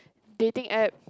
dating app